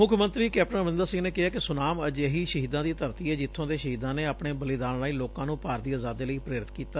ਮੁੱਖ ਮੰਤਰੀ ਕੈਪਟਨ ਅਮਰੰਦਰ ਸੰਘ ਨੇ ਕਿਹੈ ਕਿ ਸੁਨਾਮ ਅਜਿਹੀ ਸ਼ਹੀਦਾਂ ਦੀ ਧਰਤੀ ਏ ਜਿੱਬੋਂ ਦੇ ਸ਼ਹੀਦਾਂ ਨੇ ਆਪਣੇ ਬਲੀਦਾਨ ਰਾਹੀ ਲੋਕਾ ਨੂੰ ਭਾਰਤ ਦੀ ਆਜ਼ਾਦੀ ਲਈ ਪ੍ਰੇਰਿਤ ਕੀਤਾ